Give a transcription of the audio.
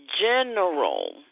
general